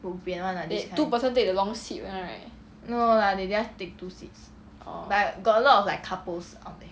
they two person take the long seat [one] right orh